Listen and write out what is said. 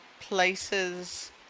places